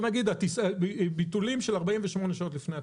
בוא נגיד ביטולים של 48 שעות לפני הטיסה.